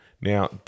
Now